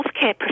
healthcare